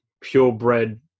purebred